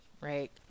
right